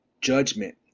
judgment